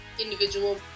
individual